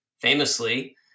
famously